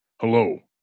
Hello